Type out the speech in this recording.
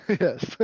yes